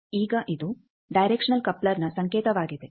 ಈಗ ಇದು ಡೈರೆಕ್ಷನಲ್ ಕಪ್ಲರ್ನ ಸಂಕೇತವಾಗಿದೆ